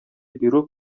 бирү